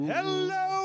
Hello